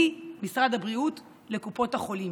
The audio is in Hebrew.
ממשרד הבריאות לקופות החולים,